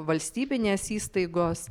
valstybinės įstaigos